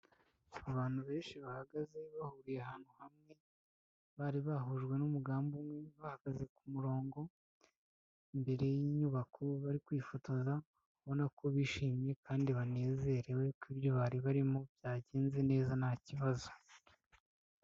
Abantu benshi bahagaze bahuriye ahantu hamwe, bari bahujwe n'umugambi umwe bahagaze ku murongo, imbere y'inyubako bari kwifotoza ubona ko bishimye kandi banezerewe ko ibyo bari barimo byagenze neza nta kibazo.